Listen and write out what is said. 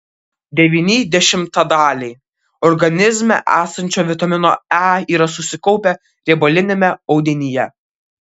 devyni dešimtadaliai organizme esančio vitamino e yra susikaupę riebaliniame audinyje